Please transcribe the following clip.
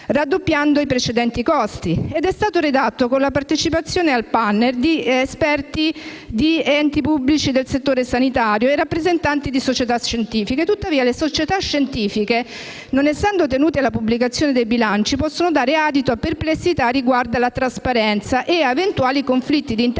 raddoppiando i precedenti costi. Tale Piano è stato redatto con la partecipazione al *panel* di esperti di enti pubblici del settore sanitario e rappresentanti di società scientifiche. Tuttavia, le società scientifiche, non essendo tenute alla pubblicazione dei bilanci, possono dare adito a perplessità riguardo alla trasparenza e a eventuali conflitti di interesse